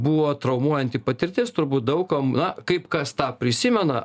buvo traumuojanti patirtis turbūt daug kam na kaip kas tą prisimena